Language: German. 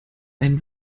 ein